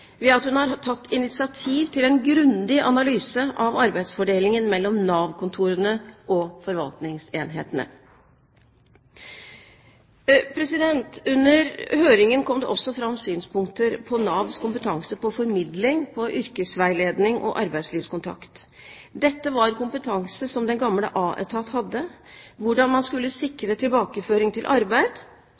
ved at hun har tatt initiativ til en grundig analyse av arbeidsfordelingen mellom Nav-kontorene og forvaltningsenhetene. Under høringen kom det også fram synspunkter på Navs kompetanse på formidling, yrkesveiledning og arbeidslivskontakt. Dette var kompetanse som den gamle Aetat hadde, hvordan man skulle sikre tilbakeføring til arbeid.